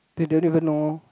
do you even know